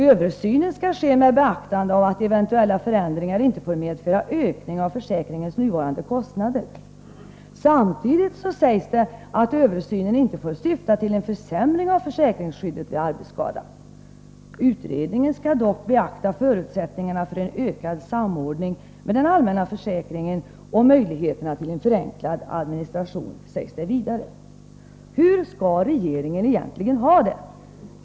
Översynen skall ske 141 med beaktande av att eventuella förändringar inte får medföra någon ökning av försäkringens nuvarande kostnader. Samtidigt sägs det att översynen inte får syfta till en försämring av försäkringsskyddet vid arbetsskada. Utredningen skall dock beakta förutsättningarna för en ökad samordning med den allmänna försäkringen och möjligheterna till en förenklad administration, sägs det vidare. Hur skall regeringen egentligen ha det?